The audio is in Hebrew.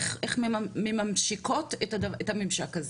איך ממשקות את הממשק הזה?